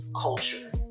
culture